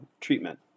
treatment